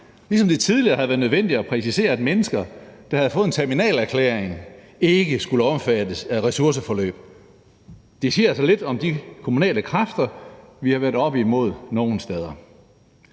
ligesom det tidligere havde været nødvendigt at præcisere, at mennesker, der havde fået en terminalerklæring, ikke skulle omfattes af ressourceforløb. Det siger altså lidt om de kommunale kræfter, vi har været oppe imod nogle steder.